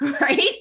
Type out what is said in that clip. right